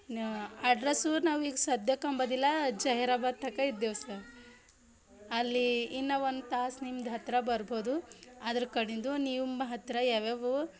ನ್ಯಾ ಅಡ್ರೆಸು ನಾವು ಈಗ ಸದ್ಯಕ್ಕಂಬೋದಿಲ್ಲ ಜಹೀರಾಬಾದ್ ತನ್ಕ ಇದ್ದೇವೆ ಸರ್ ಅಲ್ಲಿ ಇನ್ನೂ ಒಂದು ತಾಸು ನಿಮ್ದು ಹತ್ತಿರ ಬರ್ಬೋದು ಅದರ ಕಡಿಂದು ನಿಮ್ಮ ಹತ್ತಿರ ಯಾವ್ಯಾವುವು